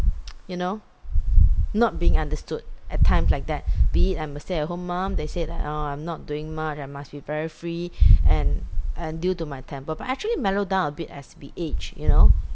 you know not being understood at times like that be it I'm a stay at home mum they said like orh I'm not doing much I must be very free and and due to my temper but I actually mellow down a bit as we age you know